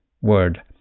word